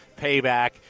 payback